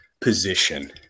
position